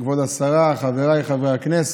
כבוד השרה, חבריי חברי הכנסת,